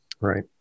Right